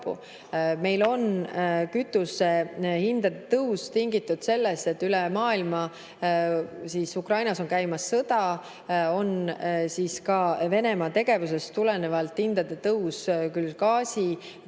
Meil on kütusehindade tõus tingitud sellest, et üle maailma, Ukrainas on käimas sõda. Ka Venemaa tegevusest tulenevalt on hinnad tõusnud, küll gaasi